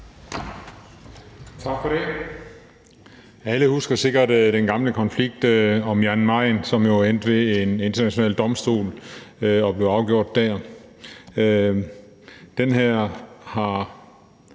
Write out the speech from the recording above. Tak for det. Alle husker sikkert den gamle konflikt om Jan Mayen, som jo endte ved en international domstol og blev afgjort der. Den her har